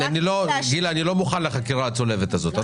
גילה, אני לא מוכן לחקירה הצולבת הזאת.